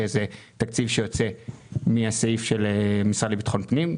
שזה תקציב שיוצא מהסעיף של המשרד לביטחון פנים,